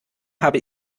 habe